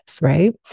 right